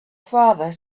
father